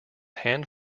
hand